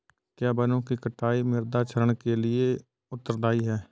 क्या वनों की कटाई मृदा क्षरण के लिए उत्तरदायी है?